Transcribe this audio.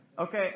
Okay